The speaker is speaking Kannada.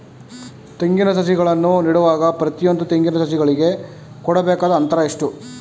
ತೆಂಗಿನ ಸಸಿಗಳನ್ನು ನೆಡುವಾಗ ಪ್ರತಿಯೊಂದು ತೆಂಗಿನ ಸಸಿಗಳಿಗೆ ಕೊಡಬೇಕಾದ ಅಂತರ ಎಷ್ಟು?